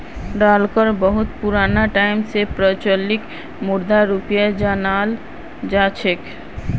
डालरक बहुत पुराना टाइम स प्रचलित मुद्राक रूपत जानाल जा छेक